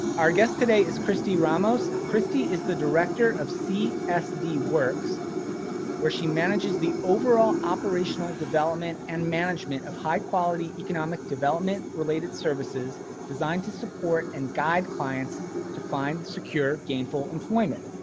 our guest today is kristy ramos. kristy is the director of csd works where she manages the overall operational development and management of high-quality economic development related services designed to support and guide clients to find secure, gainful employment.